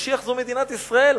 משיח זה מדינת ישראל.